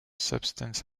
substance